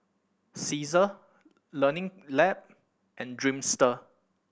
Cesar Learning Lab and Dreamster